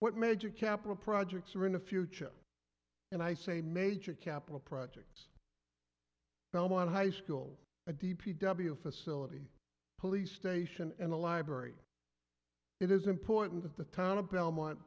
what major capital projects are in the future and i say major capital projects belmont high school a d p w facility police station and a library it is important that the town of belmont